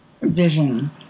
vision